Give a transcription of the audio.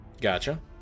Gotcha